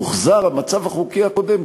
והוחזר המצב החוקי הקודם,